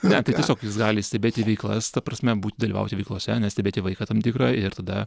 ne tai tiesiog jis gali stebėti veiklas ta prasme būt dalyvauti veiklose stebėti vaiką tam tikrą ir tada